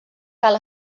cal